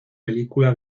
película